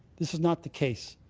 this is not the case.